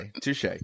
touche